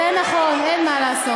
זה נכון, אין מה לעשות.